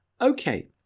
okay